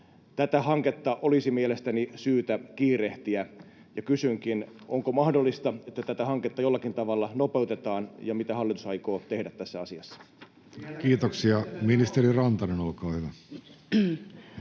Tätä hanketta olisi mielestäni syytä kiirehtiä, ja kysynkin, onko mahdollista, että tätä hanketta jollakin tavalla nopeutetaan, ja mitä hallitus aikoo tehdä tässä asiassa. [Ben Zyskowicz: Vieläkö